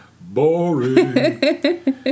boring